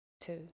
two